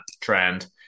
trend